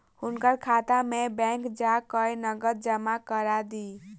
हुनकर खाता में बैंक जा कय नकद जमा करा दिअ